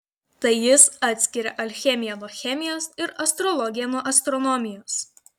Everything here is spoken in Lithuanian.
tai jis atskiria alchemiją nuo chemijos ir astrologiją nuo astronomijos